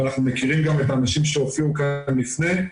ואנחנו מכירים גם את האנשים שהופיעו כאן לפני.